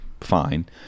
fine